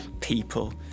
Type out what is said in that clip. people